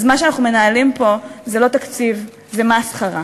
אז מה שאנחנו מנהלים פה זה לא תקציב, זו מסחרה.